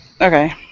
Okay